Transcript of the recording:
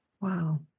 Wow